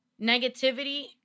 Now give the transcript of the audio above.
Negativity